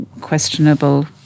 questionable